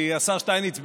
כי השר שטייניץ,